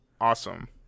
awesome